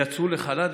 יצאו לחל"ת,